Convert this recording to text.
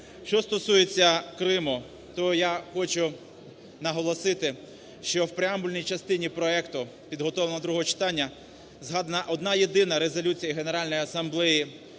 Що стосується Криму, то я хочу наголосити, що в преамбульній частині проекту підготовленого до другого читання згадана одна єдина резолюція Генеральної Асамблеї